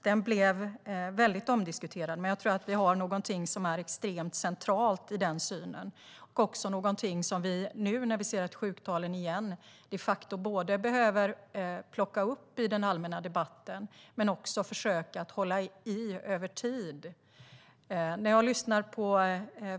Den blev väldigt omdiskuterad, men jag tror att det finns något som är extremt centralt i den synen. Det är också någonting vi, nu när sjuktalen ökar igen, de facto behöver plocka upp i den allmänna debatten och även försöka hålla i över tid.